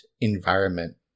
environment